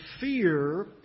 fear